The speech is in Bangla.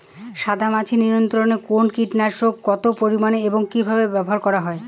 সাদামাছি নিয়ন্ত্রণে কোন কীটনাশক কত পরিমাণে এবং কীভাবে ব্যবহার করা হয়?